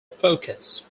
focus